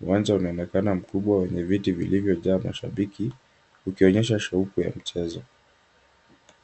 Uwanja unaonekana mkubwa wenye viti vilivyojaa mashabiki, ukionyesha shauku ya mchezo.